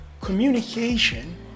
communication